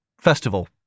Festival